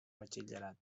batxillerat